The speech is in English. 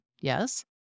yes